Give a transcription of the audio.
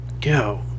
Go